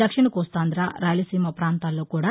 దక్షిణ కోస్తాంధ్ర రాయలసీమ పాంతాల్లో కూడా